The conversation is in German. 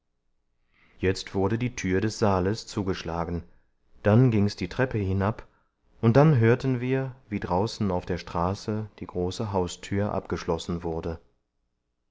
jetzt wurde die tür des saales zugeschlagen dann ging's die treppe hinab und dann hörten wir wie draußen auf der straße die große haustür abgeschlossen wurde